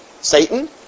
Satan